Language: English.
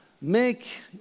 make